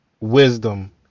wisdom